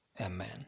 amen